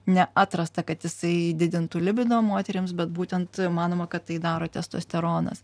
neatrasta kad jisai didintų libido moterims bet būtent manoma kad tai daro testosteronas